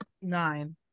nine